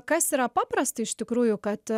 kas yra paprasta iš tikrųjų kad